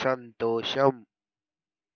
సంతోషం